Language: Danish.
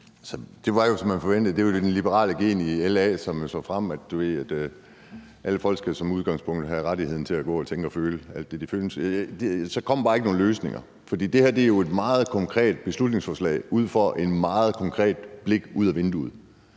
Det var jo, som man forventede. Det var det liberale gen i LA, som trådte frem, nemlig at alle folk som udgangspunkt skal have rettigheden til at gå og tænke og føle alt det, de vil. Men så kommer der bare ikke nogen løsninger. For det her er jo et meget konkret beslutningsforslag ud fra et meget konkret blik ud af vinduet.